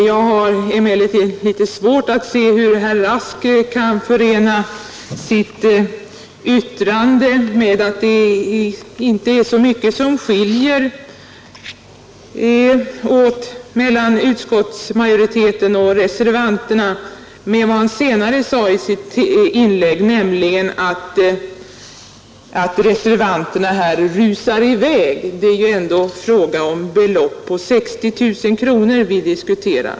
Jag har emellertid litet svårt att se hur herr Rask kan förena sitt yttrande, att det inte är så mycket som skiljer mellan utskottsmajoriteten och reservanterna, med vad han sade senare i sitt inlägg, nämligen att reservanterna här rusar i väg. Det är ändå fråga om ett belopp på endast 60 000 kronor.